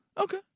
Okay